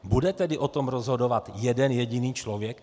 Bude tedy o tom rozhodovat jeden jediný člověk?